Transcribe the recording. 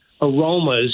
aromas